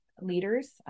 leaders